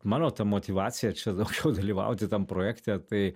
mano ta motyvacija čia daugiau dalyvauti tam projekte tai